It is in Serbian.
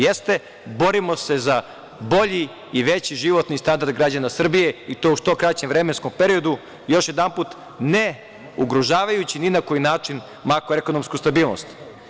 Jeste, borimo se za bolji i veći životni standard građana Srbije, i to u što kraćem vremenskom periodu, još jedanput, ne ugrožavajući ni na koji način makroekonomsku stabilnost.